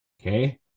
Okay